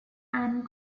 and